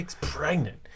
pregnant